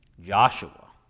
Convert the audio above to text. Joshua